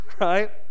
Right